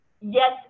yes